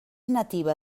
nativa